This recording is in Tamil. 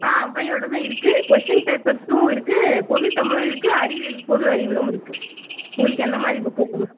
ஆ ஒளவையோடதும் இருக்குது கொஷின் பேப்பர்ஸ்ஸும் இருக்குது பொதுத்தமிழும் இருக்குது அறிவியல் பொது அறிவியலும் இருக்குது உங்களுக்கு என்ன மாதிரி புக்கு வேணும்